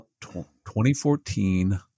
2014